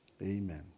Amen